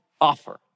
offer